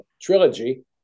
trilogy